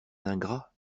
ingrats